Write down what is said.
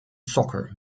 soccer